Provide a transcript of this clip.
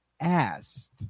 asked